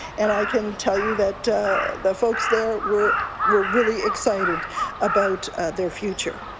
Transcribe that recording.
and i can tell you that the folks there were were really excited about their future.